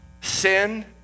sin